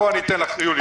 בואי, אני אתן לך, יוליה.